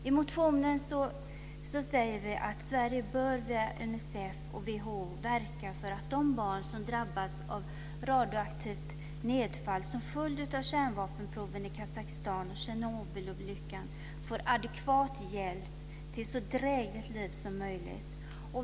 I motionen säger vi att Sverige via Unicef och WHO bör verka för att de barn som drabbats av radioaktivt nedfall som följd av kärnväpenproven i Kazakstan och Tjernobylolyckan får adekvat hjälp till ett så drägligt liv som möjligt.